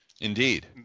Indeed